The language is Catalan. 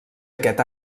aquest